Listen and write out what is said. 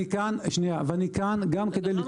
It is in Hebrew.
אין פה